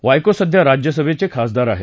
वायको सध्या राज्यसभेचे खासदार आहेत